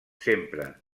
sempre